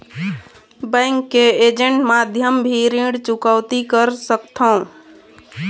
Bank के agent माध्यम भी ऋण चुकौती कर सकथों?